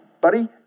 buddy